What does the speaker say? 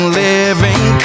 living